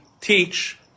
teach